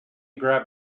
grab